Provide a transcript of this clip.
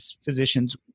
physicians